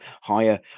higher